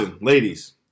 ladies